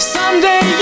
Someday